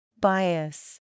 Bias